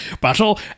battle